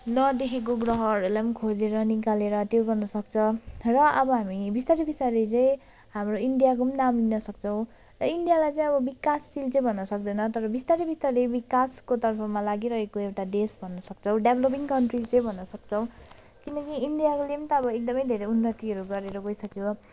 नदेखेको ग्रहहरूलाई नि खोजेर निकालेर त्यो गर्न सक्छ र अब हामी बिस्तारै बिस्तारै चाहिँ हाम्रो इन्डियाको नाम लिन सक्छौँ र इन्डियालाई चाहिँ विकासशील चाहिँ भन्न सक्दैन तर बिस्तारै बिस्तारै विकासको तर्फमा लागिरहेको एउटा देश भन्न सक्छौँ डेभ्लोपिङ कन्ट्री चाहिँ भन्न सक्छौँ किनकि इन्डियाले नि त एकदम धेरै उन्नतिहरू गरेर गइसक्यो